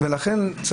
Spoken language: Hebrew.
ולכן,